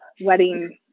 wedding